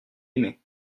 aimé